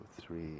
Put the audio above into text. three